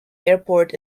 airport